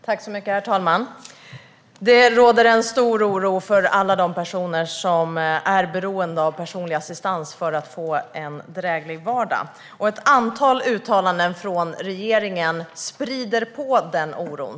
Herr talman! Det råder stor oro bland alla de personer som är beroende av personlig assistans för att få en dräglig vardag. Ett antal uttalanden från regeringen spär på den oron.